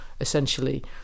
essentially